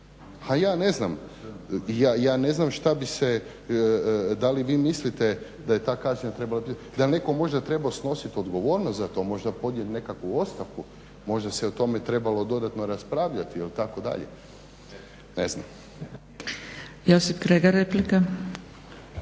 Pa ja ne znam što bi se, da li vi mislite da je ta kazna trebala biti, da je netko možda trebao snositi odgovornost za to, možda podnijeti nekakvu ostavku? Možda se o tome trebalo dodatno raspravljati itd., ne znam. **Zgrebec, Dragica